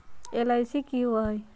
LIC की होअ हई?